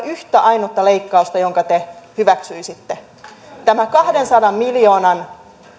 yhtä ainutta leikkausta jonka te hyväksyisitte tätä kahdensadan miljoonan